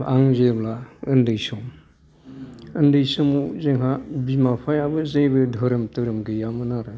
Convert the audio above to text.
आं जेब्ला उन्दै सम उन्दै समाव जोंहा बिमा बिफाया बो जेबो धोरोम तोरोम गैयामोन आरो